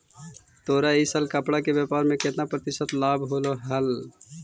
तोरा इ साल कपड़ा के व्यापार में केतना प्रतिशत लाभ होलो?